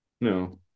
no